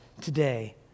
today